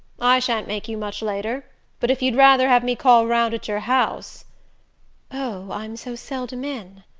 i shan't make you much later but if you'd rather have me call round at your house oh, i'm so seldom in.